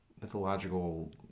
mythological